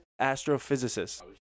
astrophysicists